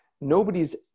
nobody's